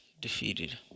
defeated